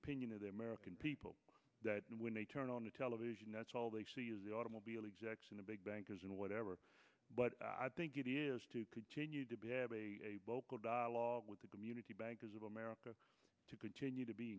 opinion of the american people that when they turn on the television that's all they see is the automobile execs and the big bankers and whatever but i think it is to continue to be a local dialogue with the community bankers of america to continue to be